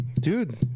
dude